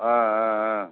ஆ ஆ ஆ